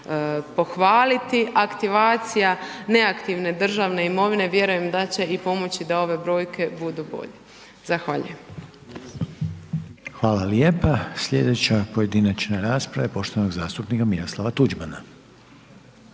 pohvaliti. Aktivacija neaktivne državne imovine vjerujem da će i pomoći da ove brojke budu bolje. Zahvaljujem. **Reiner, Željko (HDZ)** Hvala lijepa. Sljedeća pojedinačna rasprava je poštovanog zastupnika Miroslava Tuđmana.